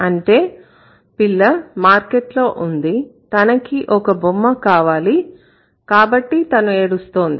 అంటే పిల్ల మార్కెట్లో ఉంది తనకి ఒక బొమ్మ కావాలి కాబట్టి తను ఏడుస్తోంది